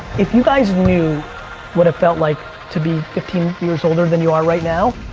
if you guys knew what it felt like to be fifteen years older than you are right now,